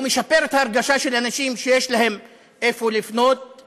הוא משפר את ההרגשה של אנשים שיש להם לאן לפנות,